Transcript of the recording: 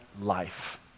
life